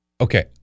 okay